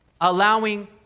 Allowing